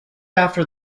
after